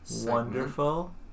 wonderful